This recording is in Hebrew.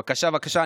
בבקשה, בבקשה.